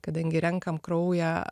kadangi renkam kraują